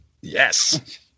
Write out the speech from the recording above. Yes